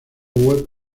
web